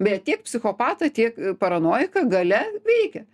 bet tiek psichopatą tiek paranojiką galia veikia